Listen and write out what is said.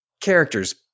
characters